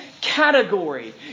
category